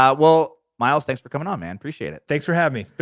ah well, miles, thanks for coming on man, appreciate it. thanks for having me, but